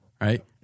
right